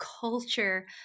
culture